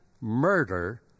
murder